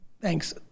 Thanks